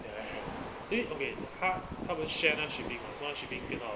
ya leh have 因为 okay 她她们 share 那个 shipping mah so 她 shipping turn out